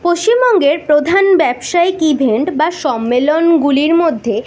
পশ্চিমবঙ্গের প্রধান ব্যবসায়িক ইভেন্ট বা সম্মেলনগুলির মধ্যে